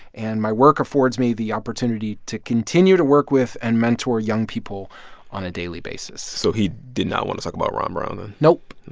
and my work affords me the opportunity to continue to work with and mentor young people on a daily basis so he did not want to talk about ron brown nope,